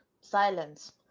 silence